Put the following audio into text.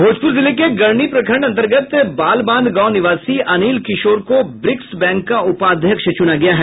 भोजपुर जिले के गढ़नी प्रखंड अंतर्गत बाल बांध गांव निवासी अनिल किशोर को ब्रिक्स बैंक का उपाध्यक्ष चूना गया है